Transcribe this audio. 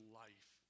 life